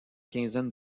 quinzaine